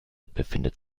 befindet